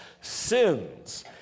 sins